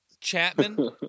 Chapman